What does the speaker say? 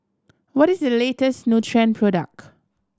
what is the latest Nutren product